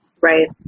Right